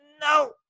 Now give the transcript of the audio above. no